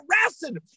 harassing